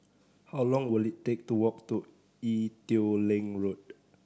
how long will it take to walk to Ee Teow Leng Road